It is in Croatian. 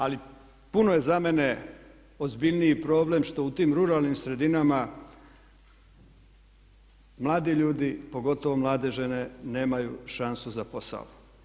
Ali puno je za mene ozbiljniji problem što u tim ruralnim sredinama mladi ljudi, pogotovo mlade žene nemaju šansu za posao.